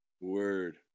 Word